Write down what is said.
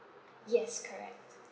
yes correct